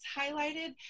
highlighted